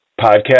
podcast